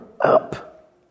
up